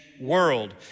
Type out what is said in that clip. world